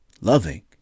loving